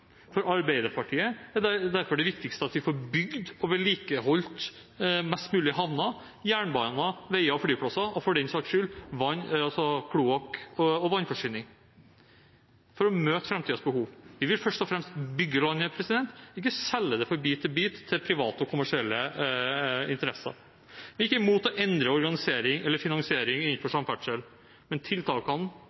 For Arbeiderpartiet er derfor det viktigste at vi får bygd og vedlikeholdt flest mulig havner, jernbaner, veier, flyplasser og – for den saks skyld – kloakk og vannforsyning, for å møte framtidens behov. Vi vil først og fremst bygge landet – ikke selge det bit for bit til private og kommersielle interesser. Vi er ikke imot å endre organisering eller finansiering innenfor samferdsel. Men tiltakene